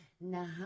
Now